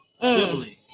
sibling